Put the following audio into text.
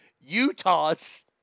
Utah's